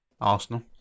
Arsenal